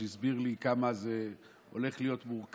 שבה הוא הסביר לי כמה זה הולך להיות מורכב